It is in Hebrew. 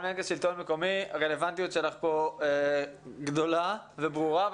הרלוונטיות שלך כאן גדולה וברורה.